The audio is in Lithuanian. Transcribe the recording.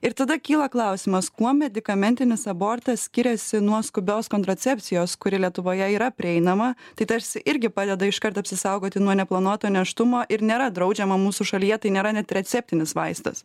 ir tada kyla klausimas kuo medikamentinis abortas skiriasi nuo skubios kontracepcijos kuri lietuvoje yra prieinama tai tarsi irgi padeda iškart apsisaugoti nuo neplanuoto neštumo ir nėra draudžiama mūsų šalyje tai nėra net receptinis vaistas